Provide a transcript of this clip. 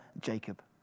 Jacob